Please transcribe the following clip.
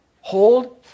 hold